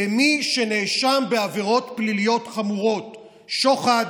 למי שנאשם בעבירות פליליות חמורות: שוחד,